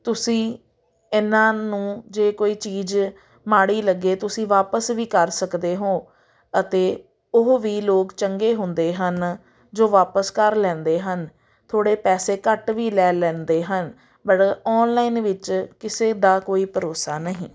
ਤੁਸੀਂ ਇਹਨਾਂ ਨੂੰ ਜੇ ਕੋਈ ਚੀਜ਼ ਮਾੜੀ ਲੱਗੇ ਤੁਸੀਂ ਵਾਪਿਸ ਵੀ ਕਰ ਸਕਦੇ ਹੋ ਅਤੇ ਉਹ ਵੀ ਲੋਕ ਚੰਗੇ ਹੁੰਦੇ ਹਨ ਜੋ ਵਾਪਿਸ ਕਰ ਲੈਂਦੇ ਹਨ ਥੋੜ੍ਹੇ ਪੈਸੇ ਘੱਟ ਵੀ ਲੈ ਲੈਂਦੇ ਹਨ ਬਟ ਔਨਲਾਈਨ ਵਿੱਚ ਕਿਸੇ ਦਾ ਕੋਈ ਭਰੋਸਾ ਨਹੀਂ